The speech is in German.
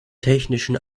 technischen